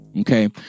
Okay